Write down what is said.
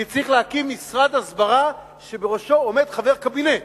כי צריך להקים משרד הסברה שבראשו עומד חבר קבינט,